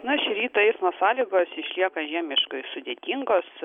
na šį rytą eismo sąlygos išlieka žiemiškai sudėtingos